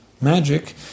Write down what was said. magic